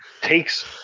takes